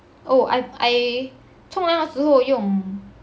oh I I 冲完了 liao 之后用